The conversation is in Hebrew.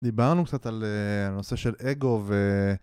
דיברנו קצת על הנושא של אגו ו...